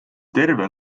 terve